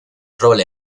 roll